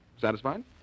Satisfied